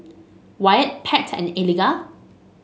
Wyatt Pat and Eliga